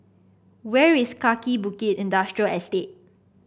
where is Kaki Bukit Industrial Estate